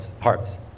hearts